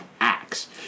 acts